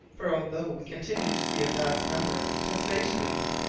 for although we continued to see a vast number of testaceans,